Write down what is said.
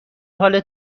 حال